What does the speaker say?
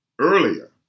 earlier